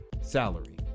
salary